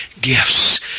gifts